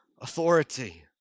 authority